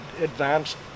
advanced